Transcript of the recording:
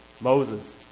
Moses